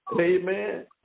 Amen